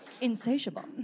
Insatiable